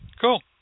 Cool